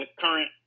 current